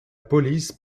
police